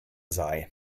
sei